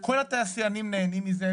כל התעשיינים נהנים מזה,